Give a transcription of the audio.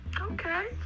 okay